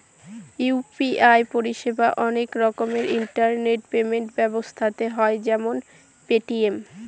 UPI পরিষেবা অনেক রকমের ইন্টারনেট পেমেন্ট ব্যবস্থাতে হয় যেমন পেটিএম